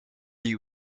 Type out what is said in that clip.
you